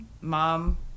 mom